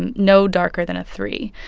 and no darker than a three.